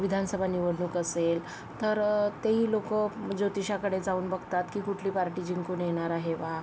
विधानसभा निवडणूक असेल तर तेही लोक जोतिषाकडे जाऊन बघतात की कुठली पार्टी जिंकून येणार आहे बा